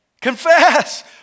Confess